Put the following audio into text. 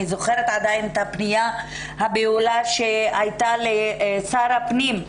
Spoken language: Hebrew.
אני זוכרת עדיין את הפנייה הבהולה שהייתה לשר הפנים: